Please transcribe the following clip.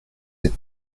êtes